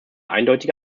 eindeutige